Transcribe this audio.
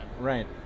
Right